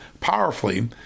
powerfully